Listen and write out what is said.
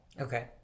Okay